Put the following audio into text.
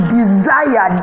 desire